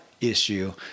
issue